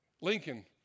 Lincoln